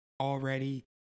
already